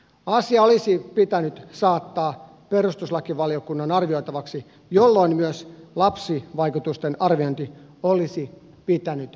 asia olisi pitänyt saattaa perustuslakivaliokunnan arvioitavaksi jolloin myös lapsivaikutusten arviointi olisi pitänyt tehdä